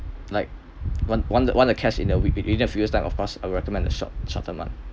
like want want a cash in a week in in few years time of course I'd recommend the short shorten [one]